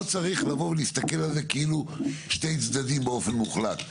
לא צריך להסתכל על זה כאילו שני צדדים באופן מוחלט,